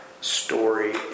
story